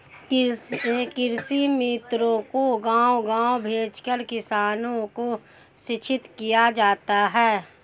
कृषि मित्रों को गाँव गाँव भेजकर किसानों को शिक्षित किया जाता है